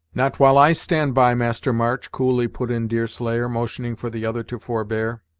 not while i stand by, master march, coolly put in deerslayer, motioning for the other to forbear.